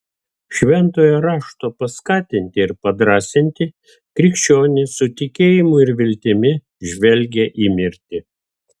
šventojo rašto paskatinti ir padrąsinti krikščionys su tikėjimu ir viltimi žvelgią į mirtį